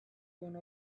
one